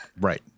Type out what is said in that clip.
Right